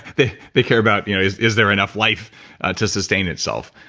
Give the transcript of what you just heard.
they they care about you know is is there enough life to sustain itself,